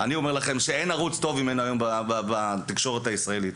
אני אומר לכם שאין ערוץ טוב ממנו היום בתקשורת הישראלית.